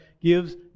gives